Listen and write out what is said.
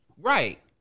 right